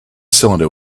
cylinder